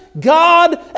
God